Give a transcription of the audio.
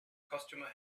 customer